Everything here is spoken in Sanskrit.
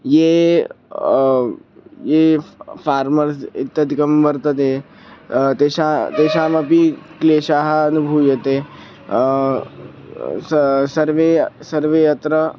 ये ये फ़् फ़ार्मर्स् इत्यादयः वर्तन्ते तेषां तेषामपि क्लेशः अनुभूयते सर्वे सर्वे सर्वे अत्र